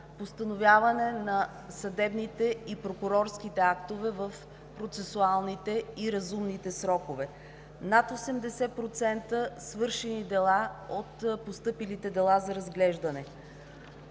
постановяване на съдебните и прокурорските актове в процесуалните и разумните срокове, над 80% свършени дела от постъпилите дела за разглеждане.